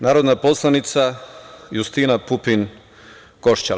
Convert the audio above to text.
Narodna poslanica Justina Pupin Košćal.